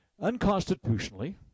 Unconstitutionally